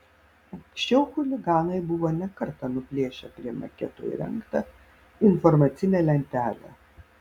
anksčiau chuliganai buvo ne kartą nuplėšę prie maketo įrengtą informacinę lentelę